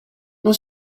non